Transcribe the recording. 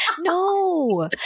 No